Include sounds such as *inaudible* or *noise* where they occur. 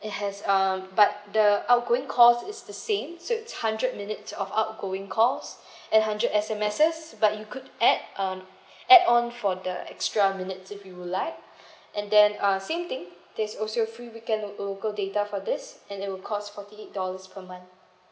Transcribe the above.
it has um but the outgoing calls is the same so it's hundred minutes of outgoing calls *breath* eight hundred S_M_S but you could add um add on for the extra minutes if you would like *breath* and then uh same thing there's also free weekend lo~ local data for this and it will cost forty dollars eight per month